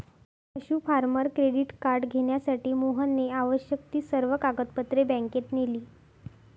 पशु farmer credit card घेण्यासाठी मोहनने आवश्यक ती सर्व कागदपत्रे बँकेत नेली